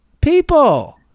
People